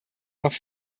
noch